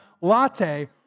latte